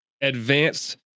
advanced